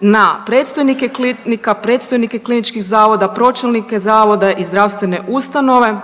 na predstojnike klinika, predstojnike kliničkih zavoda, pročelnike zavoda i zdravstvene ustanove.